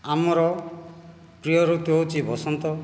ଆମର ପ୍ରିୟ ଋତୁ ହେଉଛି ବସନ୍ତ